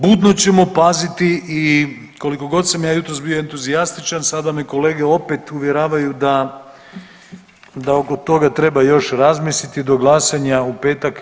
Budno ćemo paziti i koliko god sam ja jutros bio entuzijastičan sada me kolege opet uvjeravaju da oko toga treba još razmisliti do glasanja u petak.